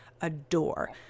adore